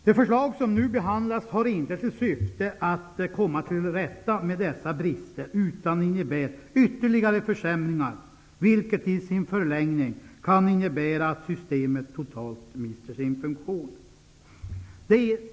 Det förslag som nu behandlas har inte till syfte att komma till rätta med dessa brister. Det innebär i stället ytterligare försämringar, vilket i sin förlängning kan innebära att systemet totalt mister sin funktion.